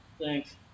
Thanks